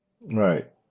Right